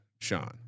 Sean